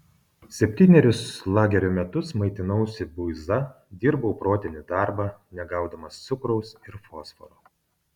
septynerius lagerio metus maitinausi buiza dirbau protinį darbą negaudamas cukraus ir fosforo